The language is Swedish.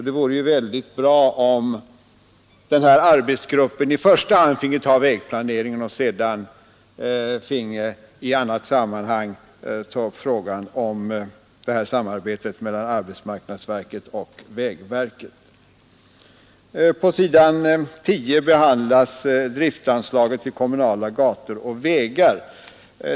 Det vore därför mycket bra om arbetsgruppen i första hand finge arbeta med vägplaneringen och sedan finge i annat sammanhang ta upp frågan om samarbetet mellan arbetsmarknadsverket och vägverket. På s. 10 behandlas driftanslaget till kommunala gator och vägar.